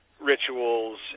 rituals